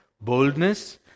boldness